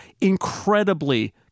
incredibly